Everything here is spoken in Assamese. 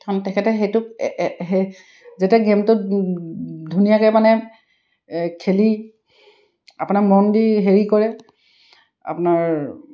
কাৰণ তেখেতে সেইটোক যেতিয়া গেমটোত ধুনীয়াকৈ মানে খেলি আপোনাৰ মন দি হেৰি কৰে আপোনাৰ